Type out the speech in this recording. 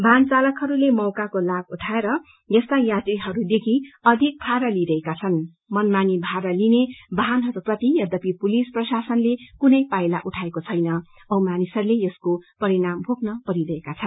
वाहन चालकहस्ले मौकाको लाभ उठाएर यस्ता यात्रीहस्देखि अधिक भाड़ा लिइरहेका छन्ं मनमानी भड़ा लिने वाहनहस्लसित यद्यपि पुलिस प्रशासनले कुनै पाइला उठाएको छैन औ मानिसहरूले यसको परिणाम भोग्न परिरहेको छ